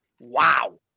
Wow